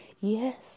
Yes